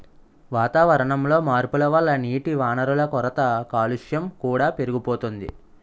వాతావరణంలో మార్పుల వల్ల నీటివనరుల కొరత, కాలుష్యం కూడా పెరిగిపోతోంది